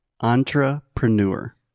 Entrepreneur